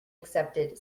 accepted